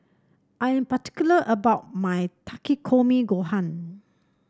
I am particular about my Takikomi Gohan